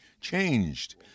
changed